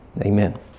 amen